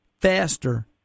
faster